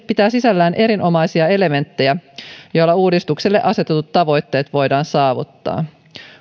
pitää sisällään erinomaisia elementtejä joilla uudistukselle asetetut tavoitteet voidaan saavuttaa